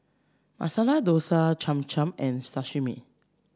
Masala Dosa Cham Cham and Sashimi